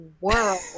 world